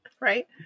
Right